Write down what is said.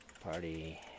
party